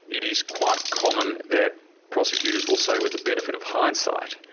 it is quite common that prosecutors will say with the benefit of hindsight,